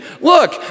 Look